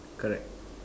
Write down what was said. correct